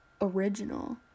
original